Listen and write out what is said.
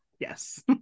Yes